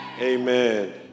Amen